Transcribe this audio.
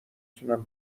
تونم